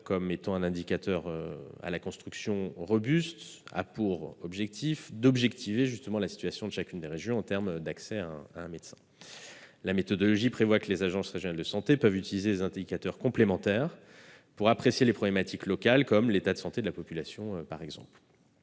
les acteurs saluent la construction robuste, objective la situation de chaque région en termes d'accès à un médecin. La méthodologie prévoit que les agences régionales de santé peuvent utiliser des indicateurs complémentaires pour apprécier les problématiques locales, comme l'état de santé de la population. Une